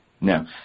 No